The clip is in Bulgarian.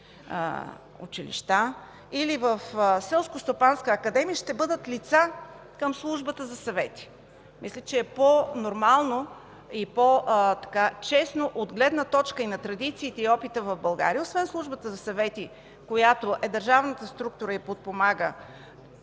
училища, или в Селскостопанската академия, ще бъдат лица към Службата за съвети. Мисля, че е по-нормално и по-честно от гледна точка на традициите и опита в България освен Службата за съвети, която е държавната структура и подпомага